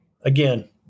again